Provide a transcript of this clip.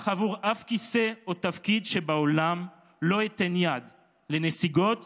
אך עבור שום כיסא או תפקיד שבעולם לא אתן יד לנסיגות